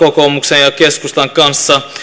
kokoomuksen ja keskustan kanssa